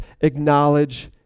acknowledge